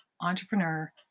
Entrepreneur